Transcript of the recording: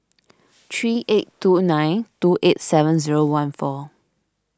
three eight two nine two eight seven zero one four